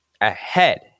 ahead